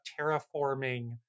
terraforming